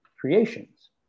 creations